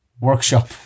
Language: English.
workshop